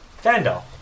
Vandal